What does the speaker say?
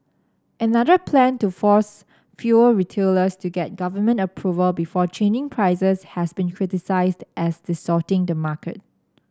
another plan to force fuel retailers to get government approval before changing prices has been criticised as distorting the market